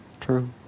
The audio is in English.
True